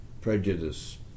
prejudice